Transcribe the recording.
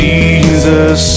Jesus